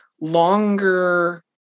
longer